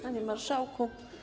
Panie Marszałku!